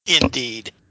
Indeed